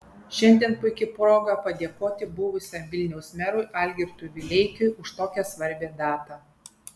šiandien puiki proga padėkoti buvusiam vilniaus merui algirdui vileikiui už tokią svarbią datą